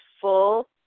full